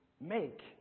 make